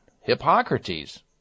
Hippocrates